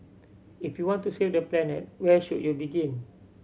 if you want to save the planet where should you begin